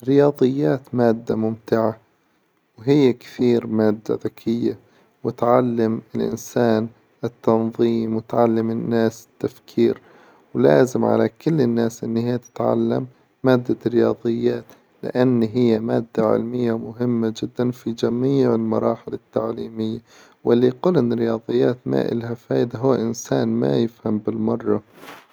الرياظيات مادة ممتعة وهي كثير مادة ذكية، وتعلم الإنسان التنظيم، وتعلم الناس التفكير، ولازم على كل الناس إنها تتعلم مادة الرياظيات، لأنها مادة علمية مهمة جدا في جميع المراحل التعليمية، وإللي يقول إن الرياظيات ما إلها فايدة، هو إنسان ما يفهم بالمرة.